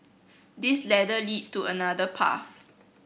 this ladder leads to another path